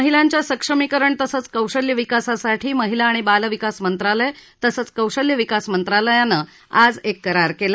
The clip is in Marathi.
महिलांच्या सक्षमीकरण तसंच कौशल्य विकासासाठी महिला आणि बालविकास मंत्रालय तसंच कौशल्य विकास मंत्रालयानं आज एक करार केला